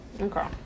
Okay